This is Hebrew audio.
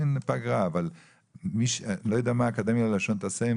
אני לא יודע מה האקדמיה ללשון תעשה עם